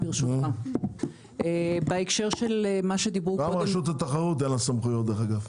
דרך אגב, למה לרשות התחרות אין סמכויות?